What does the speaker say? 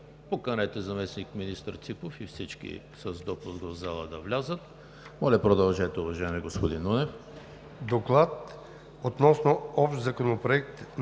поканете заместник-министър Ципов и всички с допуск в залата да влязат. Моля, продължете, уважаеми господин Нунев.